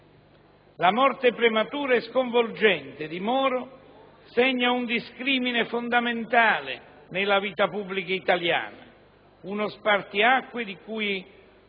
La morte prematura e sconvolgente di Moro segna un discrimine fondamentale nella vita pubblica italiana, uno spartiacque di cui